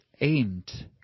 aimed